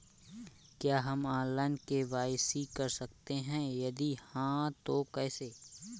क्या हम online KYC कर सकते हैं यदि हाँ तो कैसे?